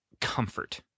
comfort